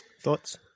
Thoughts